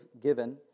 given